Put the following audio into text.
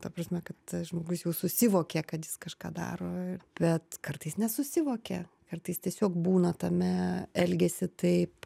ta prasme kad žmogus jau susivokė kad jis kažką daro bet kartais nesusivokia kartais tiesiog būna tame elgiasi taip